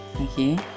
okay